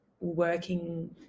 working